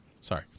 sorry